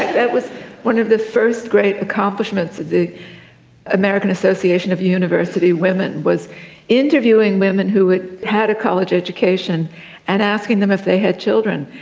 that was one of the first great accomplishments of the american association of university women, was interviewing women who had had a college education and asking them if they had children.